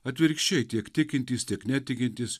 atvirkščiai tiek tikintys tiek netikintys